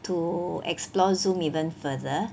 to explore Zoom even further